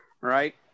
right